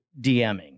DMing